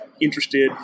interested